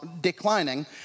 declining